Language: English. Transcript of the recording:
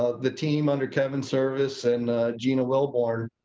ah the team under kevin's service and gina wilborn,